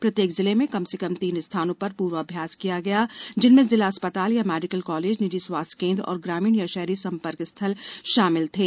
प्रत्येक जिले में कम से कम तीन स्थानों पर पूर्वाभ्यास किया गया जिनमें जिला अस्पताल या मेडिकल कॉलेज निजी स्वास्थ्य केंद्र और ग्रामीण या शहरी संपर्क स्थल शामिल थे